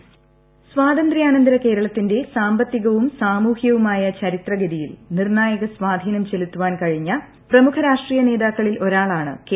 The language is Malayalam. വോയിസ് സ്വാതന്ത്യാനന്തര കേരളത്തിന്റെ സാമ്പത്തികവും സാമൂഹ്യവുമായ ചരിത്രഗതിയിൽ നിർണ്ണായകസ്വാധീനം ചെലുത്തുവാൻ കഴിഞ്ഞ പ്രമുഖ രാഷ്ട്രീയനേതാക്കളിൽ ഒരാളാണ് കെ